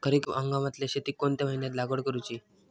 खरीप हंगामातल्या शेतीक कोणत्या महिन्यात लागवड करूची?